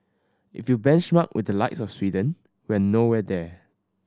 if you benchmark with the likes of Sweden we're nowhere there